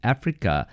Africa